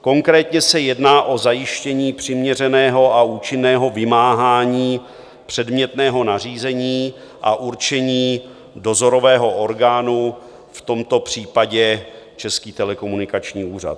Konkrétně se jedná o zajištění přiměřeného a účinného vymáhání předmětného nařízení a určení dozorového orgánu, v tomto případě Český telekomunikační úřad.